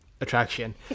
attraction